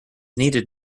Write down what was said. needed